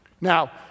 Now